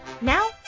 Now